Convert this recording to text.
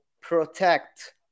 protect